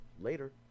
later